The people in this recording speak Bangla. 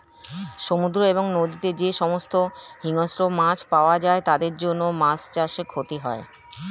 সমুদ্র এবং নদীতে যে সমস্ত হিংস্র মাছ পাওয়া যায় তাদের জন্য মাছ চাষে ক্ষতি হয়